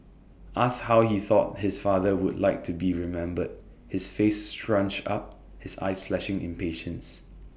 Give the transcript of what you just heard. asked how he thought his father would like to be remembered his face scrunched up his eyes flashing impatience